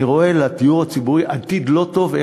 אני רואה לדיור הציבורי עתיד לא טוב,